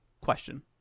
question